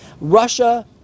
Russia